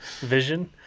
vision